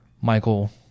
Michael